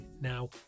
Now